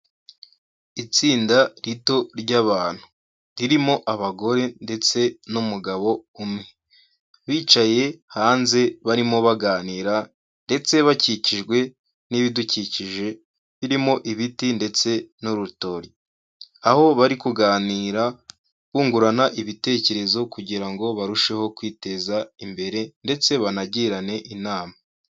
Itsinda rito ry'abantu ririmo abagore ndetse n'umugabo umwe, bicaye hanze, barimo baganira ndetse bakikijwe n'ibidukikije birimo ibiti ndetse n'urutori, aho bari kuganira bungurana ibitekerezo kugira ngo barusheho kwiteza imbere ndetse banagirane inama.